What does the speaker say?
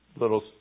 little